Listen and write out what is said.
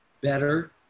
better